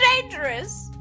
dangerous